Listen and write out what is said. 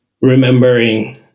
remembering